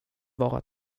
vara